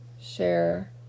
share